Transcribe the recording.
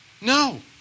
No